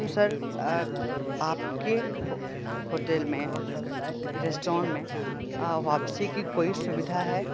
तो सर आप के हो होटल में रेसट्रोन में वापसी की कोई सुविधा है